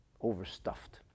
overstuffed